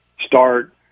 start